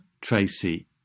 Tracy